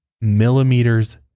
millimeters